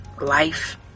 life